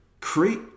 create